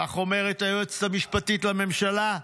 כך אומרת היועצת המשפטית לממשלה,